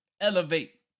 elevate